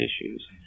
issues